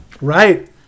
Right